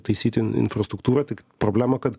taisyt infrastruktūrą tik problema kad